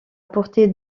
portée